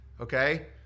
okay